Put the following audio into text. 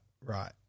right